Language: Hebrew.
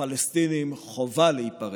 מהפלסטינים חובה להיפרד.